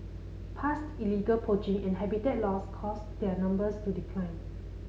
past illegal poaching and habitat loss caused their numbers to decline